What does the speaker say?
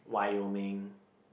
Wyoming